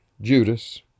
Judas